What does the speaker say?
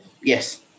yes